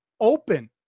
Open